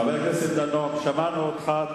חבר הכנסת דנון, שמענו אותך.